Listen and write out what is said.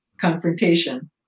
confrontation